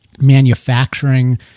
manufacturing